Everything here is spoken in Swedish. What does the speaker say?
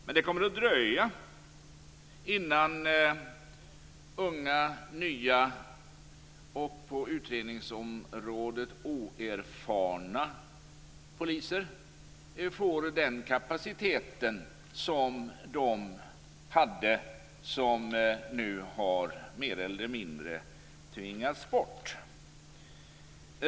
Men det kommer att dröja innan unga, nya och på utredningsområdet oerfarna poliser får den kapacitet som de poliser hade som nu mer eller mindre har tvingats bort.